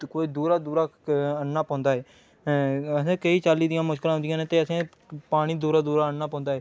ते कोई दूरां दूरां आह्नना पौंदा ऐ असें केईं चाल्ली दियां मुश्कलां औंदियां न ते असें पानी दूरां दूरां आह्नना पौंदा ऐ